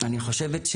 אני חושבת,